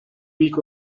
week